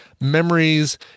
memories